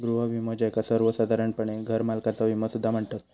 गृह विमो, ज्याका सर्वोसाधारणपणे घरमालकाचा विमो सुद्धा म्हणतत